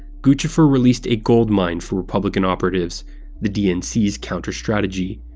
guccifer released a gold mine for republican operatives the dnc's counter-strategy.